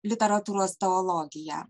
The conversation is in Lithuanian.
literatūros teologija